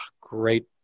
great